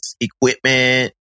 equipment